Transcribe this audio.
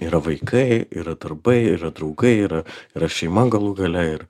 yra vaikai yra darbai yra draugai yra yra šeima galų gale ir